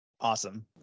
Awesome